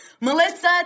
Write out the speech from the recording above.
Melissa